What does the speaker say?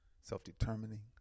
self-determining